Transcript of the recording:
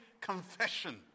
confession